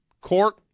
court